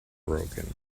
broken